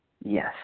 Yes